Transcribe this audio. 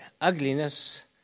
ugliness